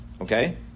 Okay